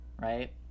right